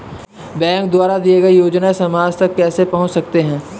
Bank द्वारा दिए गए योजनाएँ समाज तक कैसे पहुँच सकते हैं?